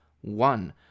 one